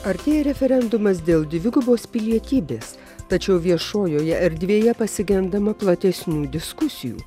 artėja referendumas dėl dvigubos pilietybės tačiau viešojoje erdvėje pasigendama platesnių diskusijų